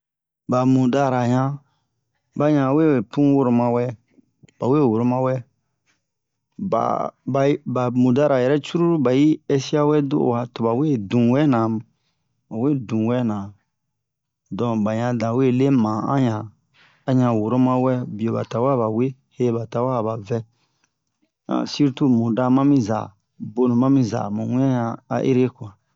ba mudara yan bayan we pun woro mawɛ bawe woro mawɛ ba ba'i ba mudara yɛrɛ cruru ba'i ɛsiawɛ do'uwa tobawe dun wɛna bawe dun wɛna don bayan dawe le ma'an yan a yan woro mawɛ bioba tawɛ abawe heba tawɛ abavɛ surtout muda mami za bonu mami za mu wian yan'a ere